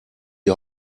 die